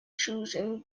choosing